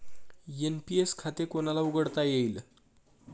NPS खाते कोणाला उघडता येईल?